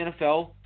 NFL